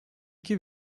iki